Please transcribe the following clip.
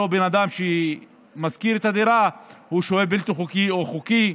בן אדם ששוכר את הדירה הוא שוהה בלתי חוקי או חוקי?